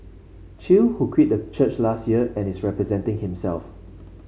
Chew who quit the church last year and is representing himself